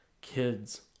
Kids